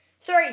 Three